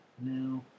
now